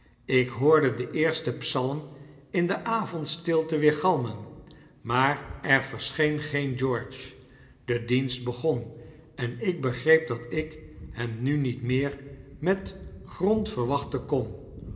ik hoorde den eersten psalm in de avondstilte weergalmen maar er verscheen geen george de dienst begon en ik begreep dat ik hem nu niet meer met grond verwachten kon